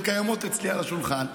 הן קיימות אצלי על השולחן,